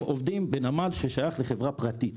הם עובדים בנמל ששייך לחברה פרטית.